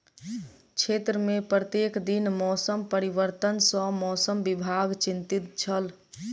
क्षेत्र में प्रत्येक दिन मौसम परिवर्तन सॅ मौसम विभाग चिंतित छल